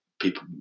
people